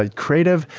ah creative,